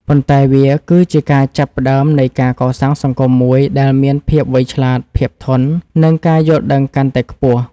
ប៉ុន្តែវាគឺជាការចាប់ផ្តើមនៃការកសាងសង្គមមួយដែលមានភាពវៃឆ្លាត ភាពធន់ និងការយល់ដឹងកាន់តែខ្ពស់។